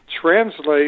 translate